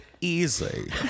easy